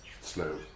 slow